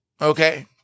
okay